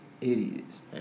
Idiots